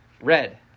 Red